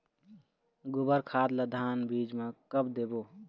गोबर खाद ला धान बीज म कब देबो?